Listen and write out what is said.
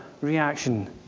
reaction